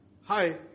hi